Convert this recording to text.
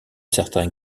certains